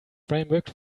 framework